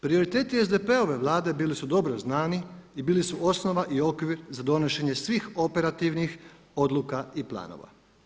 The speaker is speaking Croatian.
Prioriteti SDP-ove vlade bili su dobro znani i bili su osnova i okvir za donošenje svih operativnih odluka i planova.